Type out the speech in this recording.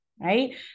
right